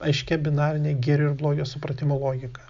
aiškia binarine gėrio ir blogio supratimo logika